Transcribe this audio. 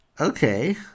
okay